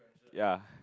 ya